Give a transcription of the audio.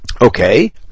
Okay